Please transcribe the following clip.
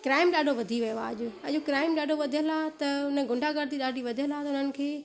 crime ॾाढो वधी वियो आहे अॼु अॼु क्राइम ॾाढो वधियल आहे त हुन गुंडा गर्दी ॾाढी वधियल आहे त उन्हनि खे